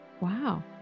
Wow